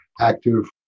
active